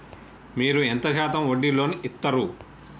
మీరు ఎంత శాతం వడ్డీ లోన్ ఇత్తరు?